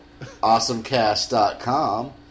awesomecast.com